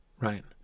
right